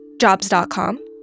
Jobs.com